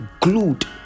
glued